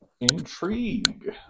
Intrigue